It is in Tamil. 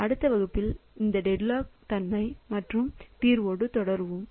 அடுத்த வகுப்பில் இந்த டெட்லாக் தன்மை மற்றும் தீர்வோடு தொடருவோம்